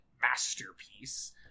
masterpiece